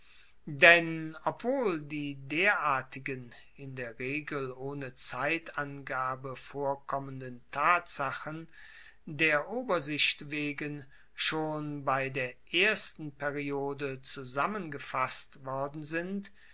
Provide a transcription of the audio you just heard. denn obwohl die derartigen in der regel ohne zeitangabe vorkommenden tatsachen der obersicht wegen schon bei der ersten periode zusammengefasst worden sind